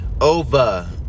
over